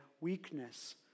weakness